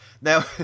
Now